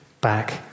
back